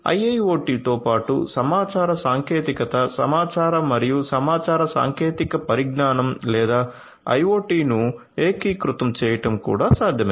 IIoT తో పాటు సమాచార సాంకేతికత సమాచార మరియు సమాచార సాంకేతిక పరిజ్ఞానం లేదా IoT ను ఏకీకృతం చేయడం కూడా సాధ్యమే